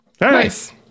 Nice